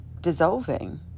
dissolving